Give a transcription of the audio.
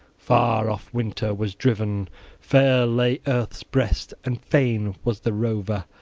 far off winter was driven fair lay earth's breast and fain was the rover,